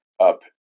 up